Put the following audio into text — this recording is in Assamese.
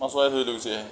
মাছুৱৈয়ে ধৰি লৈ গুছি আহে